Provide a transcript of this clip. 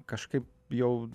kažkaip jau